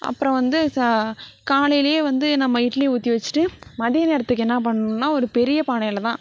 அப்புறம் வந்து சா காலையிலே வந்து நம்ம இட்லி ஊற்றி வெச்சுட்டு மதிய நேரத்துக்கு என்ன பண்ணுனால் ஒரு பெரிய பானையில் தான்